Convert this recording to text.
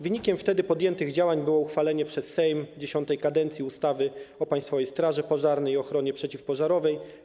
Wynikiem wtedy podjętych działań było uchwalenie przez Sejm X kadencji ustawy o Państwowej Straży Pożarnej i ochronie przeciwpożarowej.